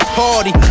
party